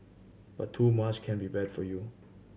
but too much can be bad for you